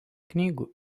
knygų